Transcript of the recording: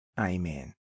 Amen